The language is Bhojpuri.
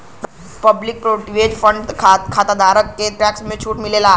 पब्लिक प्रोविडेंट फण्ड खाताधारक के टैक्स में छूट मिलला